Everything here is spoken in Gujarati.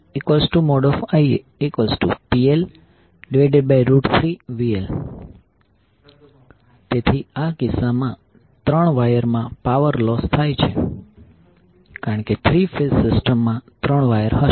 ILIaIaIaPL3VL તેથી આ કિસ્સામાં ત્રણ વાયર માં પાવર લોસ થાય છે કારણ કે થ્રી ફેઝ સિસ્ટમમાં ત્રણ વાયર હશે